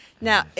Now